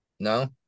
No